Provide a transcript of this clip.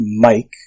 Mike